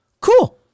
Cool